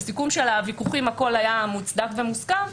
בסיכום הוויכוחים הכול היה מוצדק ומוסכם,